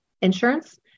insurance